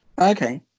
okay